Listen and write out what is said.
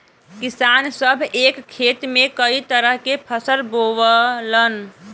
किसान सभ एक खेत में कई तरह के फसल बोवलन